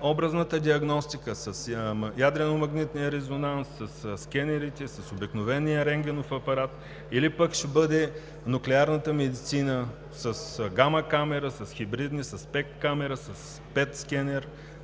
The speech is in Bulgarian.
образната диагностика с ядрено магнитния резонанс, със скенерите, с обикновения рентгенов апарат или пък ще бъде нуклеарната медицина – с гама камера, с хибридна, SPECT камера, с ПЕТ скенер